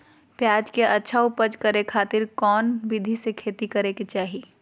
प्याज के अच्छा उपज करे खातिर कौन विधि से खेती करे के चाही?